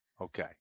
Okay